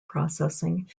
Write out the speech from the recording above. processing